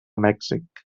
mèxic